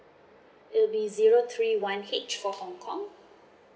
will be zero three one H for hong kong